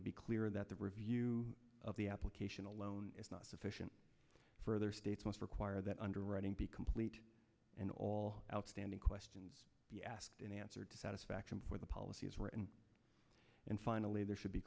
and be clear that the review of the application alone is not sufficient for their states must require that underwriting be complete and all outstanding questions be asked and answered to satisfaction for the policies written and finally there should be